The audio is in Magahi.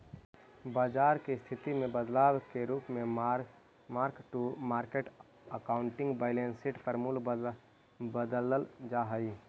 बाजार के स्थिति में बदलाव के रूप में mark to market accounting balance sheet पर मूल्य बदलल जा हई